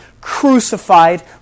crucified